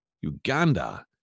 Uganda